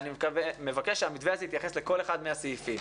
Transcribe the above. אני מבקש שהמתווה הזה יתייחס לכל אחד מהסעיפים.